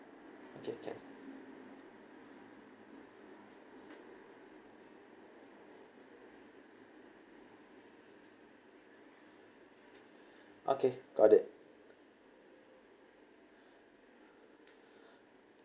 can can okay got it